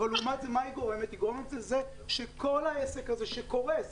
אבל מה היא גורמת שכל העסק הזה שקורס,